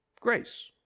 Grace